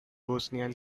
bosnian